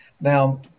now